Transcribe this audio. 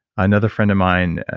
another friend of mine,